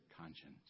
conscience